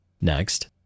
Next